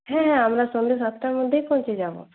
হ্যাঁ হ্যাঁ আমরা সন্ধ্যা সাতটার মধ্যেই পৌঁছে যাবো